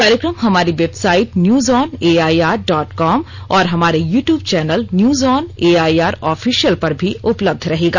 कार्यक्रम हमारी website news on AIR dot com और हमारे YouTube channel news on AIR official पर भी उपलब्ध रहेगा